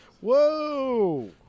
Whoa